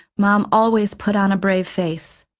mom always put on a brave face.